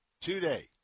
today